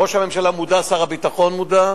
ראש הממשלה מודע, שר הביטחון מודע.